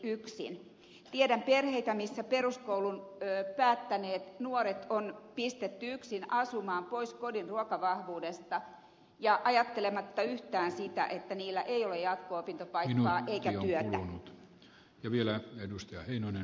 tiedän perheitä joissa peruskoulun päättäneet nuoret on pistetty yksin asumaan pois kodin ruokavahvuudesta ajattelematta yhtään sitä että nuorilla ei ole jatko opintopaikkaa eikä työtä